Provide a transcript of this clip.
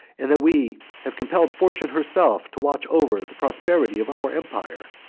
and that we have compelled fortune herself to watch over the prosperity of our empire.